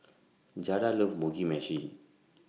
Jada loves Mugi Meshi